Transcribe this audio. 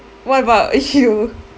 what about you